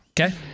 Okay